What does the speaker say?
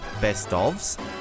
best-ofs